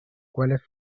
cuales